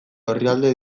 orrialde